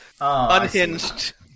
Unhinged